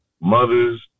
mothers